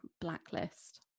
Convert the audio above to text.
blacklist